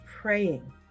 praying